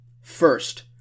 First